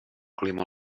clima